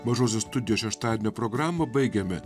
mažosios studijos šeštadienio programą baigėme